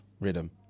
Rhythm